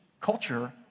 culture